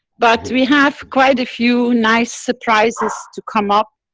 but we have quite a few nice surprises to come up,